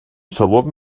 sylwodd